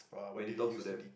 when he talked to them